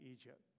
Egypt